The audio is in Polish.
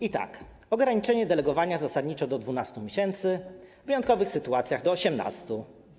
I tak: ograniczenie delegowania zasadniczo do 12 miesięcy, w wyjątkowych sytuacjach - do 18.